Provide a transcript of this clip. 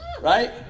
Right